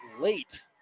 late